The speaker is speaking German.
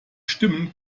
stimmen